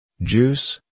juice